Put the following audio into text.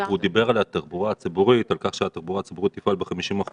הוא דיבר על כך שהתחבורה הציבורית תפעל ב-50%